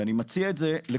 ואני מציע את זה לכולנו,